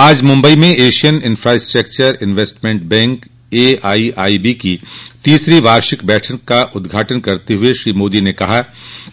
आज मुंबई में Asian infrastructure investment bank AIIB की तीसरी वार्षिक बैठक का उद्घाटन करते हुए श्री मोदी ने कहा